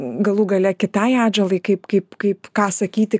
galų gale kitai atžalai kaip kaip kaip ką sakyti